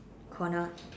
corner